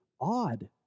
odd